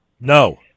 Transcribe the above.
No